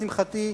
לשמחתי,